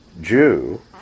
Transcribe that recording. Jew